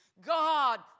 God